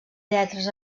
lletres